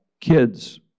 kids